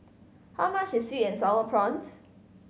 how much is sweet and Sour Prawns